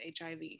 HIV